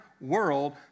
world